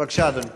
בבקשה, אדוני.